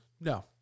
No